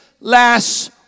Last